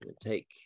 Take